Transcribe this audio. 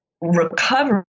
recovery